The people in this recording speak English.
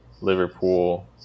Liverpool